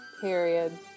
Period